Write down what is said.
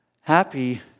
Happy